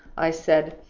i said,